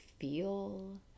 feel